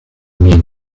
mean